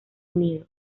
unido